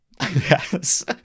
yes